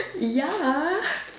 ya